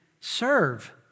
serve